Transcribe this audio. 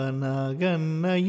naganna